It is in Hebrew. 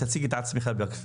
רק תציג את עצמך בבקשה.